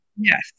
Yes